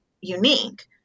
unique